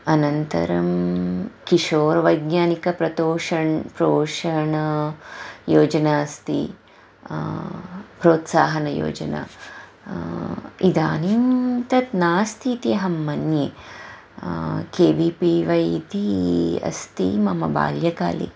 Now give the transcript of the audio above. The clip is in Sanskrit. अनन्तरं किशोरवैज्ञानिक पोषणं पोषणयोजना अस्ति प्रोत्साहनयोजना इदानीं तत् नास्ति इति अहं मन्ये के वि पि वै इति अस्ति मम बाल्यकाले